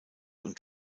und